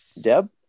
Deb